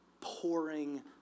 pouring